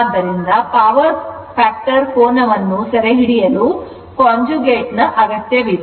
ಆದ್ದರಿಂದ power factor ಕೋನವನ್ನು ಬಲವಾಗಿ ಸೆರೆಹಿಡಿಯಲು ಕಾಂಜುಗೇಟ್ ಅಗತ್ಯವಿದೆ